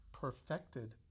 perfected